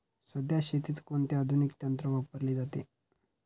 सध्या शेतीत कोणते आधुनिक तंत्र वापरले जाते?